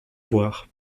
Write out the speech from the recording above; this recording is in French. voir